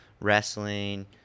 wrestling